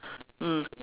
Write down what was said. mm